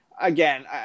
again